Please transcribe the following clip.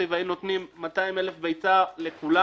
והיינו נותנים 200,000 ביצה לכולם,